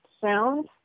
sound